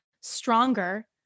stronger